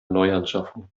neuanschaffung